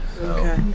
Okay